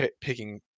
picking